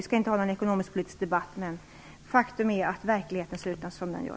Vi skall inte ha någon ekonomisk-politisk debatt, men verkligheten ser ju ut som den gör.